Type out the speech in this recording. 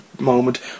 moment